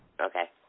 Okay